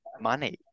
money